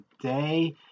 today